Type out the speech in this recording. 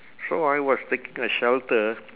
so I was taking a shelter